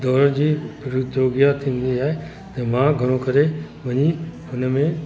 डोड़ण जी प्रतोगिया थींदी आहे ऐं मां घणो करे वञी हुन में